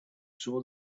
saw